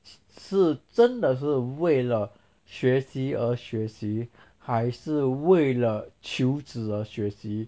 是真的是为了学习而学习还是为了求职而学习